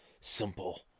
Simple